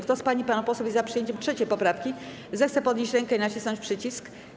Kto z pań i panów posłów jest za przyjęciem 3. poprawki, zechce podnieść rękę i nacisnąć przycisk.